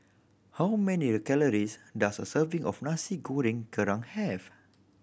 how many calories does a serving of Nasi Goreng Kerang have